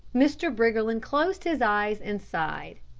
mr. briggerland closed his eyes and sighed.